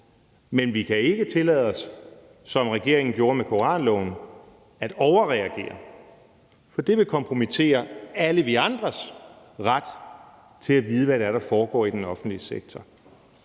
Men vi kan ikke tillade os, som regeringen gjorde med koranloven, at overreagere, for det vil kompromittere den ret, alle vi andre har, til at vide, hvad det er, der foregår i den offentlige sektor.